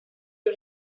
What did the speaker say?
you